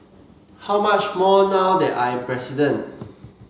how much more now that I am president